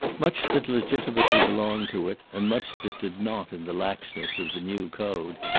much that legitimately belonged to it, and much that did not in the laxness of the new code,